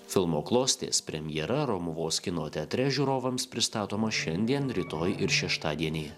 filmo klostės premjera romuvos kino teatre žiūrovams pristatoma šiandien rytoj ir šeštadienį